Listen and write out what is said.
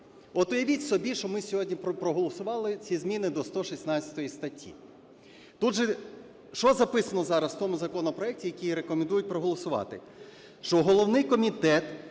От уявіть собі, що ми сьогодні проголосували ці зміни до 116 статті. Що записано зараз в тому законопроекті, який рекомендують проголосувати?